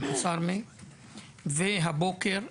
והבוקר,